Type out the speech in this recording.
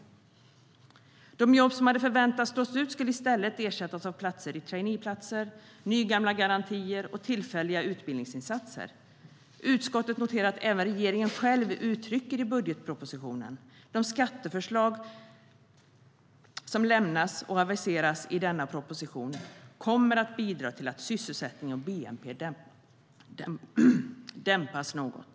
De jobb som hade förväntats slås ut skulle i stället ersättas av traineeplatser, nygamla garantier och tillfälliga utbildningsinsatser. Utskottet noterar att även regeringen själv i budgetpropositionen uttrycker att: "De skatteförslag som lämnas och aviseras i denna proposition kommer att bidra till att sysselsättningen och BNP dämpas något."